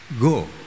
Go